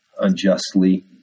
unjustly